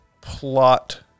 plot